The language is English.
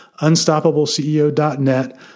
unstoppableceo.net